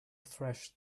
thresh